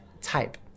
type